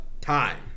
time